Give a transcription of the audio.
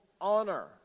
honor